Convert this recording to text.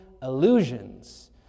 Illusions